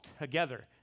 together